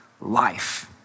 life